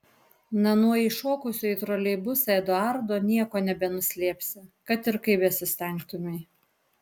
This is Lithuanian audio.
na nuo įšokusio į troleibusą eduardo nieko nebenuslėpsi kad ir kaip besistengtumei